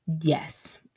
yes